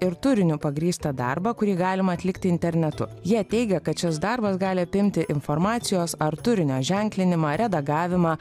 ir turiniu pagrįstą darbą kurį galima atlikti internetu jie teigia kad šis darbas gali apimti informacijos ar turinio ženklinimą redagavimą